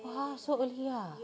!wah! so early ah